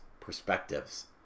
perspectives